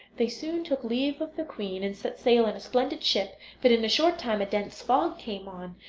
they soon took leave of the queen, and set sail in a splendid ship but in a short time a dense fog came on,